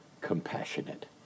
compassionate